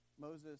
Moses